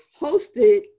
hosted